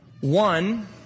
one